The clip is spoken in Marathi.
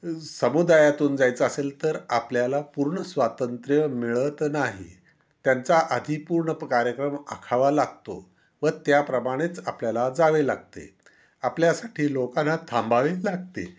समुदायातून जायचं असेल तर आपल्याला पूर्ण स्वातंत्र्य मिळत नाही त्यांचा आधी पूर्ण कार्यक्रम आखावा लागतो व त्याप्रमाणेच आपल्याला जावे लागते आपल्यासाठी लोकांना थांबावे लागते